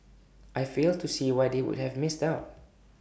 I fail to see why they would have missed out